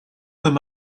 them